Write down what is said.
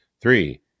Three